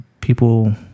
people